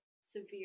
severe